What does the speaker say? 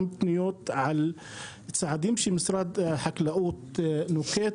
פניות על צעדים שמשרד החקלאות נוקט,